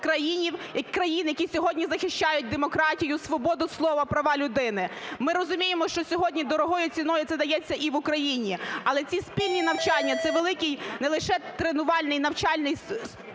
країн, які сьогодні захищають демократію, свободу слова, права людини. Ми розуміємо, що сьогодні дорогою ціною це дається і в Україні, але ці спільні навчання – це велика не лише тренувальна, навчальна можливість